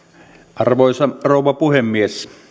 arvoisa rouva puhemies